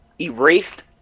erased